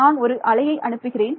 நான் ஒரு அலையை அனுப்புகிறேன்